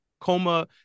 coma